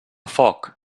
foc